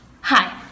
Hi